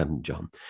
John